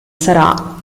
sarà